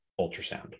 ultrasound